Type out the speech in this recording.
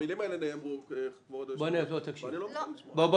המילים האלו נאמרו ואני לא מוכן לשמוע זאת .